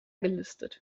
gelistet